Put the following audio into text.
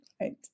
Right